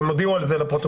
הם הודיעו על זה לפרוטוקול.